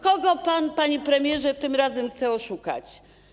Kogo pan, panie premierze, tym razem chce oszukać?